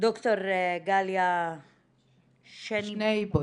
ד"ר גליה שניבוים